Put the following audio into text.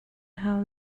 hau